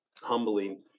humbling